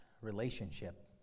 relationship